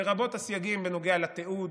לרבות הסייגים בנוגע לתיעוד,